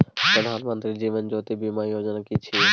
प्रधानमंत्री जीवन ज्योति बीमा योजना कि छिए?